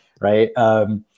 right